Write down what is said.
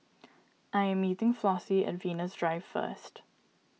I am meeting Flossie at Venus Drive first